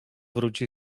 wróci